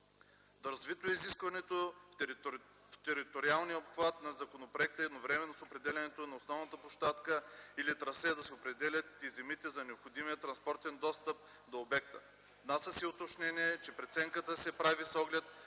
Доразвито е изискването в териториалния обхват на законопроекта едновременно с определянето на основната площадка или трасе да се определят и земите за необходимия транспортен достъп до обекта. Внася се и уточнение, че преценката се прави с оглед